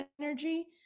energy